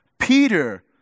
Peter